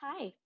Hi